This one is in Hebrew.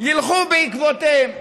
ילכו בעקבותיהם.